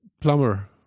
plumber